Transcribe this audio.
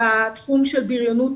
בתחום של בריונות,